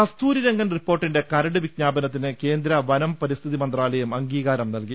കസ്തൂരി രംഗൻ റിപ്പോർട്ടിന്റെ കരട് വിജ്ഞാപനത്തിന് കേന്ദ്ര പരിസ്ഥി മന്ത്രാലയം അംഗീകാരം നൽകി